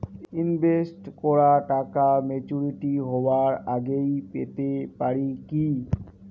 Invest করা টাকা maturity হবার আগেই পেতে পারি কি?